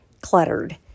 cluttered